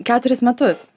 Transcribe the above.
keturis metus